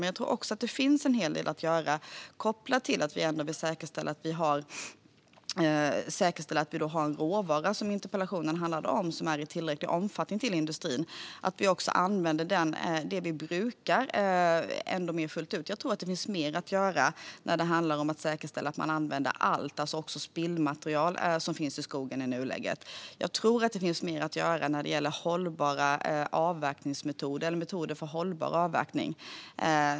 Men jag tror att det finns en hel del att göra kopplat till att vi vill säkerställa att vi har en råvara, som interpellationen handlar om, som är i tillräcklig omfattning till industrin. Vi ska använda det vi brukar mer fullt ut. Det finns mer att göra för att säkerställa att man använder allt, alltså också spillmaterial, som nu finns i skogen i nuläget. Jag tror att det finns mer att göra när det gäller metoder för hållbar avverkning.